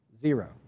Zero